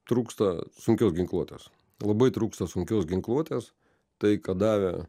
trūksta sunkios ginkluotės labai trūksta sunkios ginkluotės tai ką davė